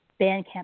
Bandcamp